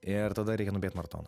ir tada reikia nubėgt maratoną